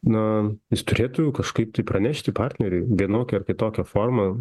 na jis turėtų kažkaip tai pranešti partneriui vienokia ar kitokia forma